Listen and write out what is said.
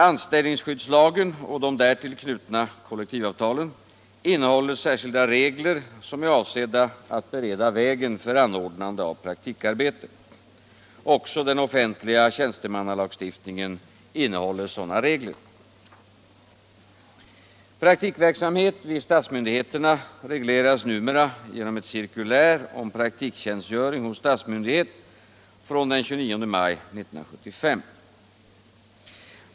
Anställningsskyddslagen och de därtill knutna — Om ökat antal kollektivavtalen innehåller särskilda regler som är avsedda att bereda = praktikplatser inom vägen för anordnande av praktikarbete. Också den offentliga tjänste — den statliga sektorn mannalagstiftningen innehåller sådana regler. Praktikverksamhet vid statsmyndigheterna regleras numera genom cirkulär om praktiktjänstgöring hos statsmyndighet den 29 maj 1975 .